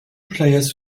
players